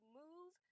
move